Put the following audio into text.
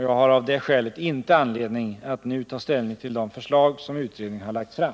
Jag har av det skälet inte anledning att nu ta ställning till de förslag som utredningen har lagt fram.